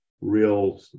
real